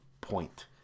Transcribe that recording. point